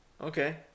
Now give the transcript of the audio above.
Okay